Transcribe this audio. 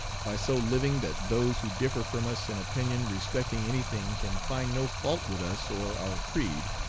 by so living that those who differ from us in opinion respecting any thing can find no fault with us or our creed,